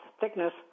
thickness